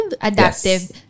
Adaptive